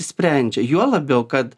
išsprendžia juo labiau kad